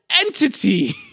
entity